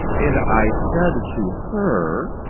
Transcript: and i said to her,